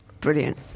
Brilliant